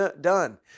done